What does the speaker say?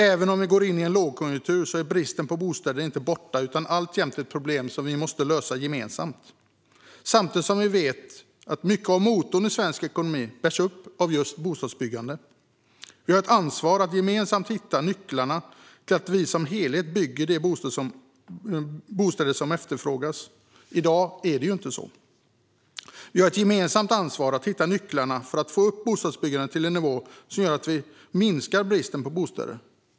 Även om vi går in i en lågkonjunktur är bristen på bostäder inte borta utan alltjämt ett problem som vi måste lösa gemensamt. Samtidigt vet vi att mycket av motorn som driver svensk ekonomi är bostadsbyggande. Vi har ett gemensamt ansvar att hitta nycklarna till att bygga de bostäder som efterfrågas. I dag är det inte så. Vi har ett gemensamt ansvar att hitta nycklarna till att få upp bostadsbyggandet till en nivå som gör att vi minskar bristen på bostäder.